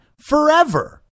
forever